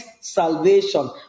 salvation